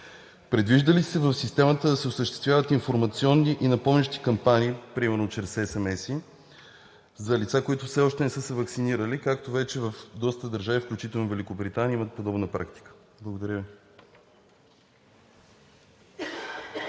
Предвижда ли се в системата да се осъществяват информационни и напомнящи кампании, примерно чрез SMS-и, за лица, които все още не са се ваксинирали, както вече в доста държави, включително и Великобритания, имат подобна практика? Благодаря Ви.